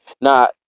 Now